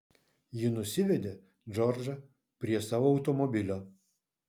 ji nusivedė džordžą prie savo automobilio